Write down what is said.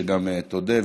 שגם תודה,